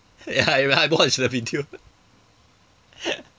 ya ya I watched the video